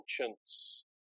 conscience